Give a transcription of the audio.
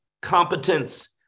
competence